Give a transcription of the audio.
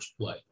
play